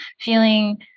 feeling